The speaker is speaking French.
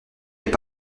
elle